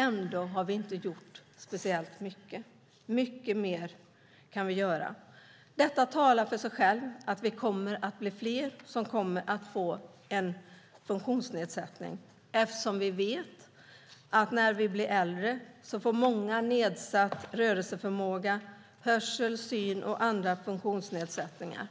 Ändå har vi inte gjort speciellt mycket. Vi kan göra mycket mer. Detta talar för sig själv. Vi kommer att bli fler som kommer att få en funktionsnedsättning. Vi vet att när vi blir äldre får många av oss nedsatt rörelseförmåga, hörsel och syn och andra funktionsnedsättningar.